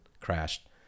crashed